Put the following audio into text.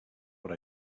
what